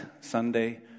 Sunday